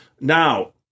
Now